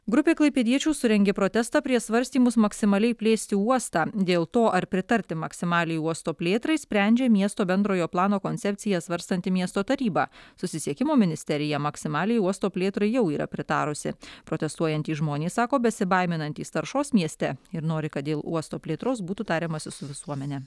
grupė klaipėdiečių surengė protestą prieš svarstymus maksimaliai plėsti uostą dėl to ar pritarti maksimaliai uosto plėtrai sprendžia miesto bendrojo plano koncepciją svarstanti miesto taryba susisiekimo ministerija maksimaliai uosto plėtrai jau yra pritarusi protestuojantys žmonės sako besibaiminantys taršos mieste ir nori kad dėl uosto plėtros būtų tariamasi su visuomene